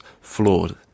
flawed